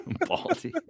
Baldy